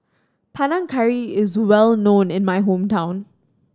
Panang Curry is well known in my hometown